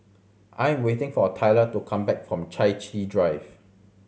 I'm waiting for Tylor to come back from Chai Chee Drive